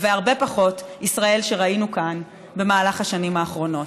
והרבה פחות ישראל שראינו כאן במהלך השנים האחרונות.